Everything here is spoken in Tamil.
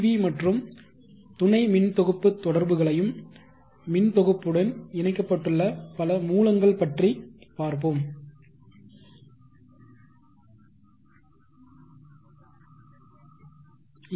வி மற்றும் துணை மின் தொகுப்பு தொடர்புகளையும் மின் தொகுப்புடன் இணைக்கப்பட்டுள்ள பல மூலங்கள் பற்றி பார்ப்போம்